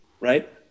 right